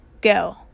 go